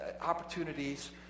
opportunities